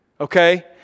okay